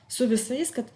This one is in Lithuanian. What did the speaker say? su visais kad